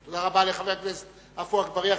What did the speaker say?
תודה רבה לחבר הכנסת עפו אגבאריה.